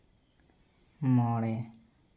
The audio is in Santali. ᱢᱚᱬᱮ